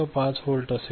5 volt असेल